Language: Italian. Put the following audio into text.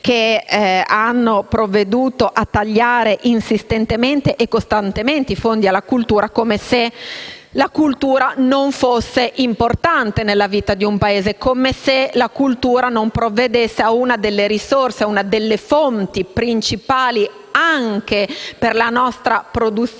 hanno provveduto a tagliare insistentemente e costantemente i fondi alla cultura, come se la cultura non fosse importante nella vita di un Paese, come se non costituisse una delle fonti principali anche per la nostra produzione